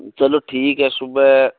चलो ठीक है सुबह